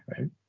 right